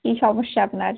কী সমস্যা আপনার